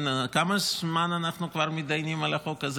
כמה זמן אנחנו כבר מידיינים על החוק הזה?